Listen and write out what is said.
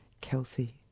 Kelsey